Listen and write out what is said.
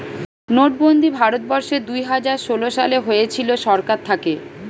নোটবন্দি ভারত বর্ষে দুইহাজার ষোলো সালে হয়েছিল সরকার থাকে